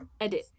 Edit